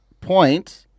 point